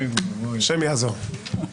השם יעזור.